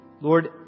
Lord